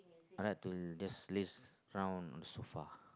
I like to just lay down on sofa